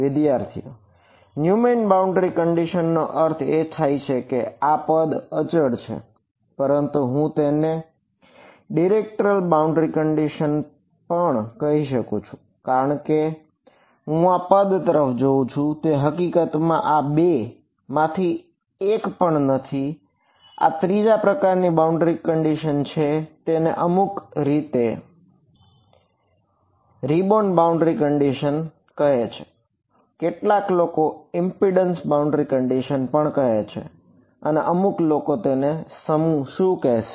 વિદ્યાર્થી Neumann boundary condition કહે છે અને અમુક લોકોનો સમૂહ તેને શું કહે છે